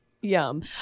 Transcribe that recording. yum